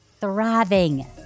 thriving